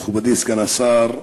מכובדי סגן השר,